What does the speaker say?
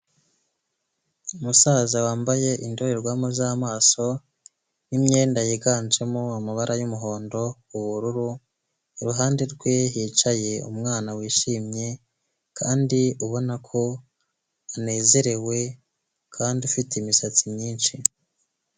Umusaza wambaye indorerwamo z'amaso n'myenda yiganjemo amabara y'umuhondo ubururu iruhande rwe hicaye umwana wishimye, kandi ubona ko anezerewe kandi ufite imisatsi myinshi.